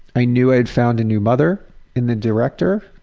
i knew i'd found a new mother in the director,